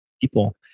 people